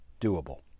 doable